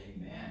Amen